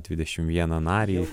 dvidešim vieną narį